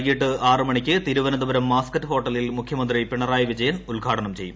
വൈകിട്ട് ആറ് മണിക്ക് തിരുവനന്തപുരം മാസ്ക്കറ്റ് ഹോട്ടലിൽ മുഖ്യമന്ത്രി പിണറായി വിജയൻ ഉദ്ഘാടനം ചെയ്യും